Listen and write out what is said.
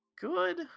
good